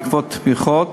בעקבות תמיכות,